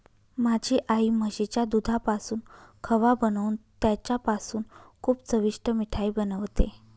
माझी आई म्हशीच्या दुधापासून खवा बनवून त्याच्यापासून खूप चविष्ट मिठाई बनवते